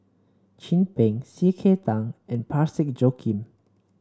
Chin Peng C K Tang and Parsick Joaquim